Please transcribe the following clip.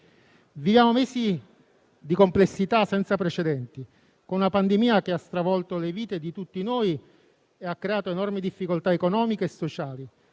Viviamo mesi di complessità senza precedenti, con una pandemia che ha stravolto le vite di tutti noi e ha creato enormi difficoltà economiche e sociali.